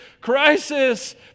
Crisis